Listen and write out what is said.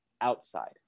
outside